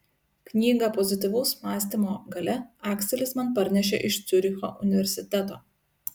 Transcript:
knygą pozityvaus mąstymo galia akselis man parnešė iš ciuricho universiteto